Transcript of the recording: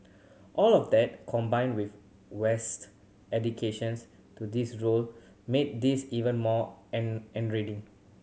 all of that combined with West a dedications to his role made this even more end end reading